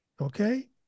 Okay